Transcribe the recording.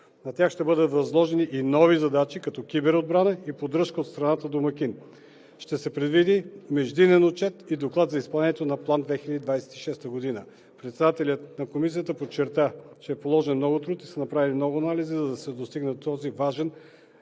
На тях ще бъдат възложени и нови задачи, като киберотбрана и поддръжка като страна домакин. Ще се предвиди междинен отчет и доклад за изпълнението на План 2026. Председателят на Комисията по отбрана подчерта, че е положен много труд и са направени много анализи, за да се стигне до този важен